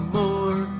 more